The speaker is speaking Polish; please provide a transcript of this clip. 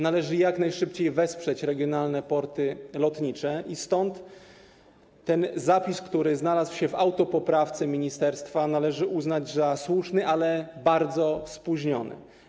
Należy jak najszybciej wesprzeć regionalne porty lotnicze i dlatego zapis, który znalazł się w autopoprawce ministerstwa, należy uznać za słuszny, ale bardzo spóźniony.